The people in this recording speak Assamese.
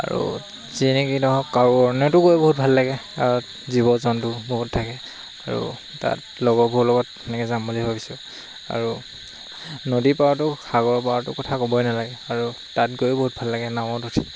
আৰু যেনেকৈ নহওক গৈ বহুত ভাল লাগে জীৱ জন্তু বহুত থাকে আৰু তাত লগৰবোৰৰ লগত তেনেকৈ যাম বুলি ভাবিছোঁ আৰু নদী পাৰতো সাগৰৰ পাৰৰটো কথা ক'বই নালাগে আৰু তাত গৈয়ো বহুত ভাল লাগে নাৱত উঠি